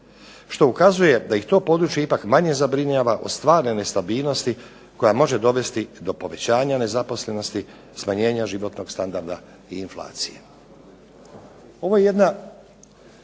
što ukazuje da ih to područje ipak manje zabrinjava od stvarne nestabilnosti koja može dovesti do povećanja nezaposlenosti, smanjenja životnog standarda i inflacije.